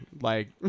Like-